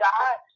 God